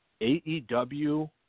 AEW